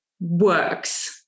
works